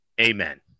amen